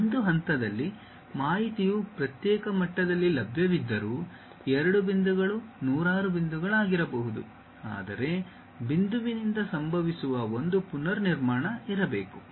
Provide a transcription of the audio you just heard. ಒಂದು ಹಂತದಲ್ಲಿ ಮಾಹಿತಿಯು ಪ್ರತ್ಯೇಕ ಮಟ್ಟದಲ್ಲಿ ಲಭ್ಯವಿದ್ದರೂ ಎರಡು ಬಿಂದುಗಳು ನೂರಾರು ಬಿಂದುಗಳಾಗಿರಬಹುದು ಆದರೆ ಬಿಂದುವಿನಿಂದ ಸಂಭವಿಸುವ ಒಂದು ಪುನರ್ನಿರ್ಮಾಣ ಇರಬೇಕು